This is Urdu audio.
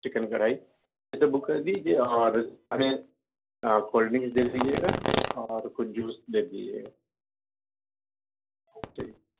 چکن کڑھائی یہ سب بک کر دیجئے اور آ کولڈ ڈرنک دے دیجئے گا اور کچھ جوس دے دیجئے گا ٹھیک